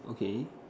okay